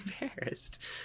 embarrassed